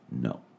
no